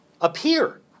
appear